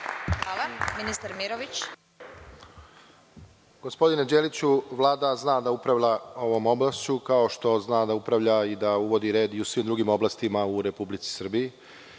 Mirović. **Igor Mirović** Gospodine Đeliću, Vlada zna da upravlja ovom oblašću, kao što zna da upravlja i da uvodi red i u svim drugim oblastima u Republici Srbiji